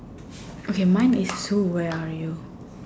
okay mine is zoo where are you